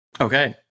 Okay